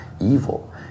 evil